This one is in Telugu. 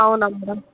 అవునా మ్యాడమ్